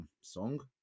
song